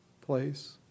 place